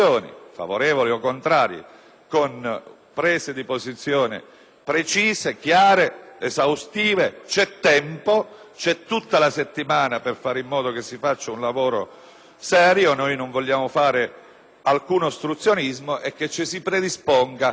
prese di posizioni precise, chiare, esaustive. C'è tempo, c'è tutta la settimana per fare in modo che si faccia un lavoro serio - noi non vogliamo fare alcun ostruzionismo - e che ci si predisponga non soltanto a dire dei no. In questi